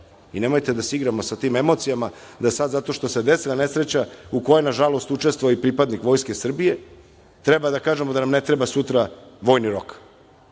Nemojte da se igramo sa tim emocijama, da sada zato što se desila nesreća u kojoj nažalost učestvuje i pripadnik Vojske Srbije, treba da kažemo da nam ne treba sutra vojni